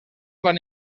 van